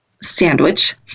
Sandwich